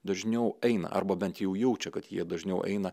dažniau eina arba bent jau jaučia kad jie dažniau eina